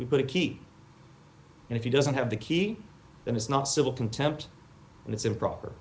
we put a key and if you doesn't have the key then it's not civil contempt and it's improper